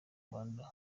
rwanda